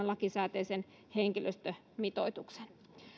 lakisääteisen henkilöstömitoituksen